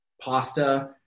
pasta